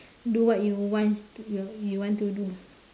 do what you want to you you want to do